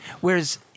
Whereas